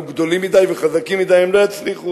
אנחנו גדולים מדי וחזקים מדי, הם לא יצליחו.